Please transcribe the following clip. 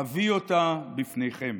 אביא אותה בפניכם.